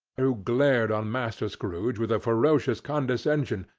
who glared on master scrooge with a ferocious condescension,